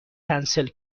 کنسل